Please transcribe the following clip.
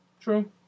True